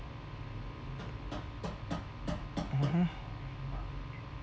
mmhmm